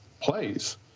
plays